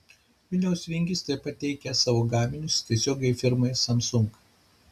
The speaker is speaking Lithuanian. vilniaus vingis taip pat teikia savo gaminius tiesiogiai firmai samsung